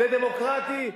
זה דמוקרטי?